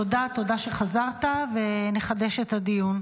תודה שחזרת, ונחדש את הדיון.